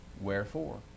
Wherefore